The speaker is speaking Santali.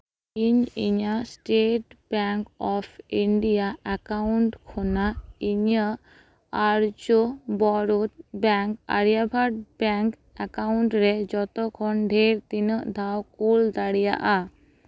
ᱤᱧ ᱤᱧᱟᱜ state bank of India account ᱠᱷᱚᱱᱟᱜ ᱤᱧᱟᱹᱜ ᱟᱨᱡᱚ ᱵᱚᱨᱚᱛ ᱵᱮᱝᱠ ᱟᱨᱭᱟᱵᱷᱟᱴ ᱵᱮᱝᱠ ᱮᱠᱟᱣᱩᱱᱴ ᱨᱮ ᱡᱚᱛᱚ ᱠᱷᱚᱱ ᱰᱷᱮᱨ ᱛᱤᱱᱟᱹᱜ ᱫᱷᱟᱣ ᱠᱩᱞ ᱫᱟᱲᱮᱭᱟᱜᱼᱟ